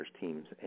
team's